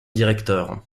directeur